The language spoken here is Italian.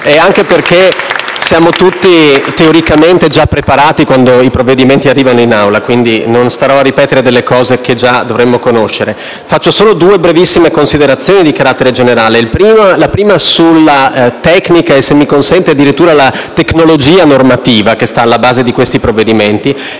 Anche perché siamo tutti teoricamente già preparati quando i provvedimenti arrivano in Aula. Quindi non starò a ripetere delle cose che già dovremmo conoscere. Faccio solo due brevissime considerazioni di carattere generale: la prima sulla tecnica e - se mi consente - addirittura la «tecnologia» normativa che sta alla base di questi provvedimenti;